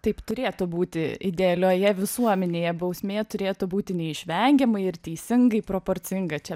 taip turėtų būti idealioje visuomenėje bausmė turėtų būti neišvengiamai ir teisingai proporcinga čia